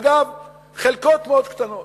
אגב, חלקות מאוד קטנות,